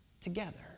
together